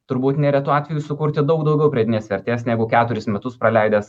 turbūt neretu atveju sukurti daug daugiau pridėtinės vertės negu keturis metus praleidęs